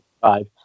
five